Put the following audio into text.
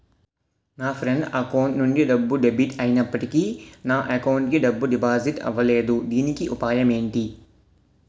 నా friend account నుండి డబ్బు డెబిట్ అయినప్పటికీ నా అకౌంట్ కి డబ్బు డిపాజిట్ అవ్వలేదుదీనికి ఉపాయం ఎంటి?